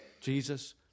Jesus